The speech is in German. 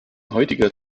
heutiger